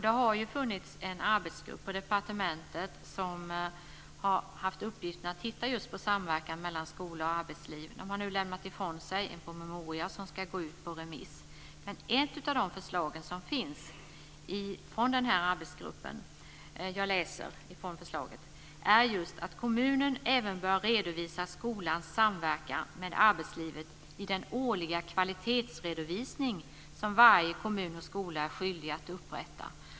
Det har ju funnits en arbetsgrupp på departementet som har haft i uppgift att titta just på samverkan mellan skola och arbetsliv. Den har nu lämnat ifrån sig en promemoria som ska gå ut på remiss. Ett av de förslag som finns från den här arbetsgruppen är just, jag läser: "att kommunen även bör redovisa skolans samverkan med arbetslivet vid den årliga kvalitetsredovisning, som varje kommun och skola är skyldig att upprätta".